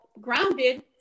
grounded